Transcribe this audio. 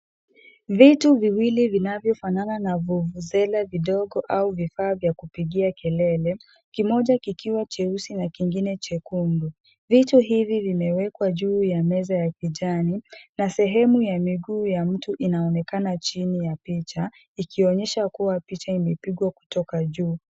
Vitu viwili vinavyofanana na vuvuzela vidogo au vifaa vya kupigia kelele ,kimoja kikiwa cheusi na kingine chekundu. Vitu hivi vimewekwa juu ya meza ya kijani na sehemu ya miguu ya mtu inaonekana chini ya picha ikionyesha kuwa picha imepigwa kutoka juu.